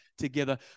together